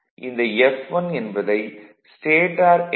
இந்த 'F1' என்பதை stator M